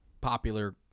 popular